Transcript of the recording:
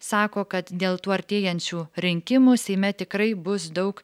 sako kad dėl tų artėjančių rinkimų seime tikrai bus daug